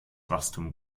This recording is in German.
wachstum